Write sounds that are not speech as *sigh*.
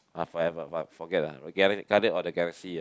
ah forever but forget ah *noise* Guardians of the Galaxy ah